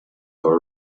our